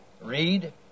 read